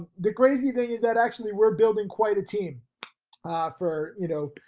the crazy thing is that actually we're building quite a team for you know,